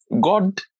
God